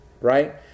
right